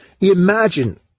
Imagine